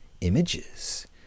images